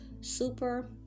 super